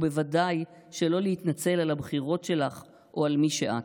ובוודאי שלא להתנצל על הבחירות שלך או על מי שאת.